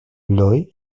лёй